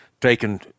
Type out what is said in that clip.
taken